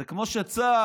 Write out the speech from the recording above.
זה כמו שצה"ל